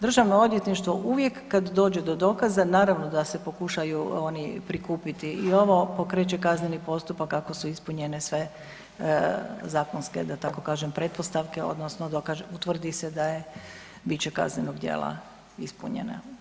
Državno odvjetništvo uvijek kad dođe do dokaza naravno da se pokušaju oni prikupiti i ovo pokreće kazneni postupak ako su ispunjene sve zakonske da tako kažem pretpostavke odnosno dokaže, utvrdi se da je, bit će kaznenog djela ispunjene.